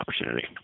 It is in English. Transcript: opportunity